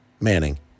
Manning